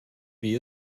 wie